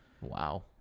Wow